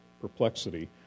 perplexity